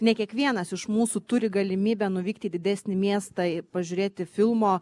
ne kiekvienas iš mūsų turi galimybę nuvykti į didesnį miestą pažiūrėti filmo